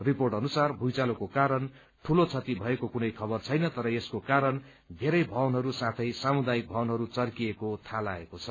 report अनुसार पूँइचालोको कारण ठूलो क्षति भएको कुनै खबर छैन तर यसको कारण धेरै भवनहरू साथै सामुदायिक भवनहरू चर्किएको थाहा लागेको छ